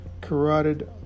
Carotid